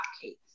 cakes